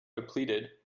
depleted